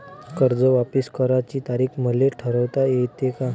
कर्ज वापिस करण्याची तारीख मले ठरवता येते का?